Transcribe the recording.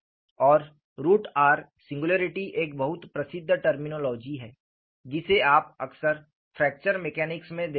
और root r singularity एक बहुत प्रसिद्ध टर्मिनोलॉजी है जिसे आप अक्सर फ्रैक्चर मैकेनिक्स में देखते हैं